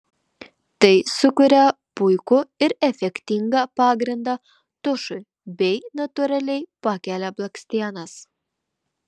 tai sukuria puikų ir efektingą pagrindą tušui bei natūraliai pakelia blakstienas